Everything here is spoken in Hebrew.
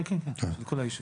כן, לכל היישובים.